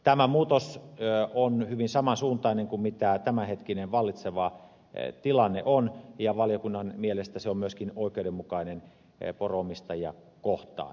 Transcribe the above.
tämä muutos on hyvin saman suuntainen kuin tämänhetkinen vallitseva tilanne on ja valiokunnan mielestä se on myöskin oikeudenmukainen poronomistajia kohtaan